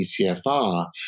ECFR